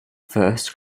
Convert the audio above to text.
first